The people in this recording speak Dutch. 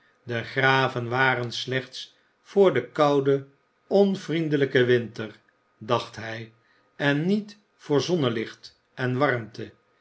de graven waren slechts voor den kouden onvriendelijken winter dacht hij en niet voor zonnelicht en warmte